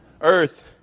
Earth